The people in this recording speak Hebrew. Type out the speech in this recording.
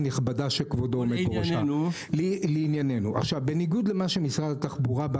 חושב, בניגוד למה שמשרד התחבורה בא